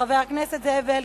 חבר הכנסת זאב אלקין,